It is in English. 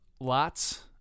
lots